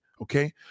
Okay